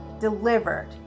delivered